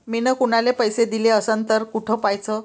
मिन कुनाले पैसे दिले असन तर कुठ पाहाचं?